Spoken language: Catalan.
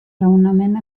raonament